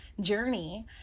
journey